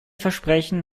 versprechen